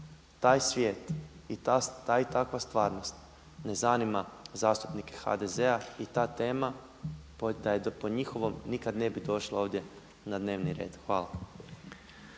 taj svijet i taj i takva stvarnost ne zanima zastupnike HDZ-a i ta tema da je po njihovom nikada ne bi došla ovdje na dnevni red. Hvala.